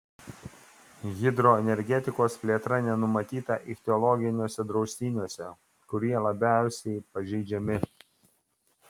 hidroenergetikos plėtra nenumatyta ichtiologiniuose draustiniuose kurie labiausiai pažeidžiami